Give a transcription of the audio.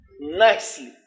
Nicely